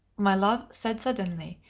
my love said suddenly,